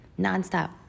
nonstop